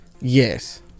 Yes